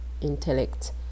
intellect